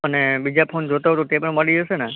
અને બીજા ફોન જોઇતા હોય તો તે પણ મળી જશે ને